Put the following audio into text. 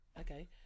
okay